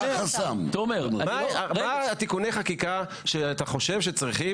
מהם תיקוני החקיקה שאתה חושב שצריכים